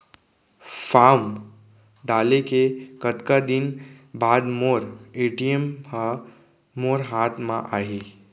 Form डाले के कतका दिन बाद मोर ए.टी.एम ह मोर हाथ म आही?